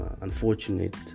unfortunate